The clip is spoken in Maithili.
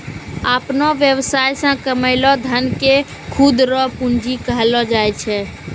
अपनो वेवसाय से कमैलो धन के खुद रो पूंजी कहलो जाय छै